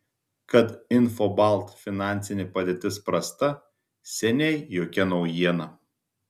kad infobalt finansinė padėtis prasta seniai jokia naujiena